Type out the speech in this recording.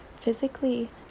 physically